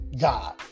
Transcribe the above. God